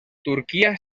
turquía